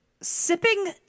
Sipping